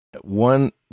one